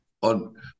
on